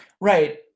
Right